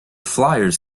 flyers